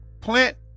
plant